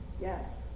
Yes